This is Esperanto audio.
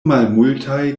malmultaj